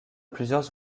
plusieurs